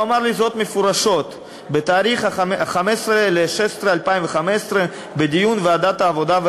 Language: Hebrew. הוא אמר לי זאת מפורשות בתאריך 15 ביוני 2015 בדיון בוועדת העבודה,